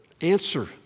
answer